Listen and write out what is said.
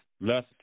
less